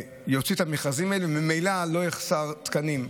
יוציא את המכרזים הללו, וממילא לא יחסרו תקנים.